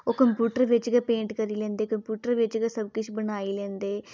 ओह् कम्यूटर बिच गै पेंट करी लैंदे कम्यूटर बिच गै सब किश बनाई लैंदे